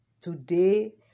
today